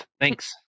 Thanks